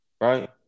Right